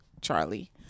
Charlie